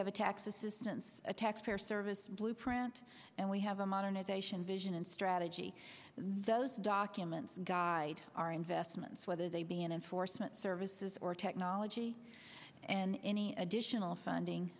have a tax assistance a tax payer service blueprint and we have a modernization vision and strategy those documents guide our investments whether they be in enforcement services or technology and any additional funding